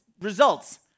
results